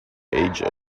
age